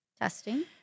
testing